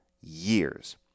years